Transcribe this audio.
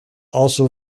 also